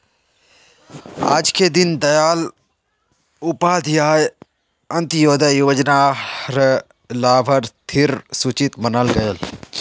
आजके दीन दयाल उपाध्याय अंत्योदय योजना र लाभार्थिर सूची बनाल गयेल